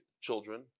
children